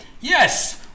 Yes